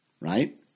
right